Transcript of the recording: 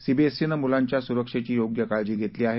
सीबीएससीनं मुलांच्या सुरक्षेची योग्य काळजी घेतली आहे